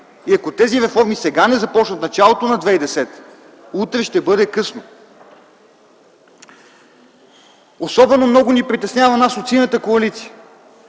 И ако тези реформи сега не започнат – в началото на 2010 г., утре ще бъде късно. Особено много ни притеснява нас от Синята коалиция